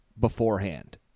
beforehand